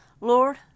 Lord